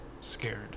scared